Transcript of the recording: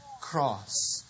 cross